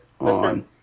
on